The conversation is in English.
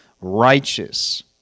righteous